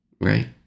right